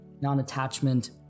non-attachment